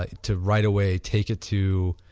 ah to right away take it to,